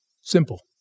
Simple